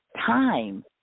time